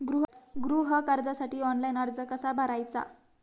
गृह कर्जासाठी ऑनलाइन अर्ज कसा भरायचा?